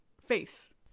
face